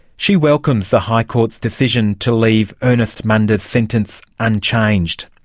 she welcomes the high court's decision to leave ernest munda's sentence unchanged.